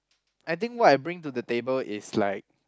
I think what I bring to the table is like